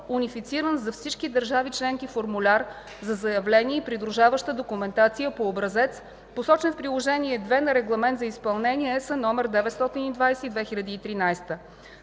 унифициран за всички държави членки формуляр за заявление и придружаваща документация по образец – посочен в Приложение II на Регламент за изпълнение (ЕС) № 920/2013.